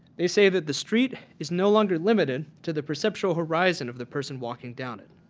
they say the the street is no longer limited to the perceptual horizon of the person walking down it.